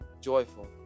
joyful